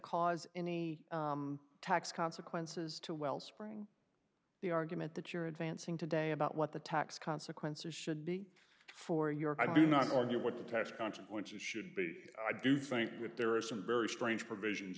cause any tax consequences to wellspring the argument that you're advancing today about what the tax consequences should be for your i do not know you what the tax consequences should be i do think that there are some very strange provisions